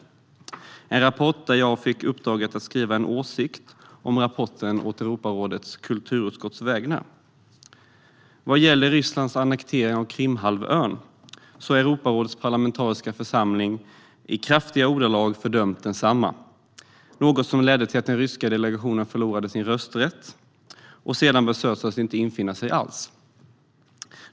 Jag fick i uppdrag att i rapporten skriva en åsikt om denna å Europarådets kulturutskotts vägnar. Vad gäller Rysslands annektering av Krimhalvön har den fördömts av Europarådets parlamentariska församling i kraftiga ordalag. Det ledde till att den ryska delegationen förlorade sin rösträtt och sedan beslöt sig för att inte infinna sig.